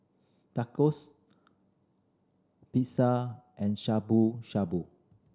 Tacos Pizza and Shabu Shabu